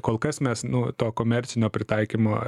kol kas mes nu to komercinio pritaikymo